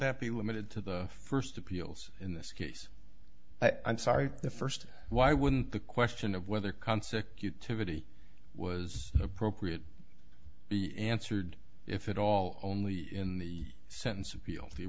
that be limited to the first appeals in this case i'm sorry the first why wouldn't the question of whether concept utility was appropriate be answered if it all only in the sense